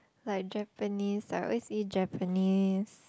like Japanese I always eat Japanese